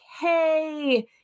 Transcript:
hey